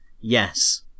yes